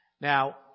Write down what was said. Now